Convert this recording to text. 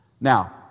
Now